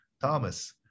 Thomas